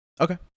Okay